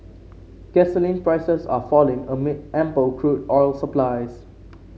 gasoline prices are falling amid ample crude oil supplies